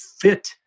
fit